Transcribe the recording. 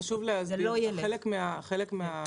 חשוב להסביר, חלק מן